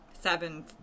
seven